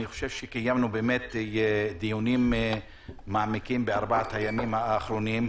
אני חושב שקיימנו באמת דיונים מעמיקים בארבעת הימים האחרונים.